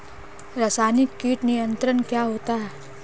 रसायनिक कीट नियंत्रण क्या होता है?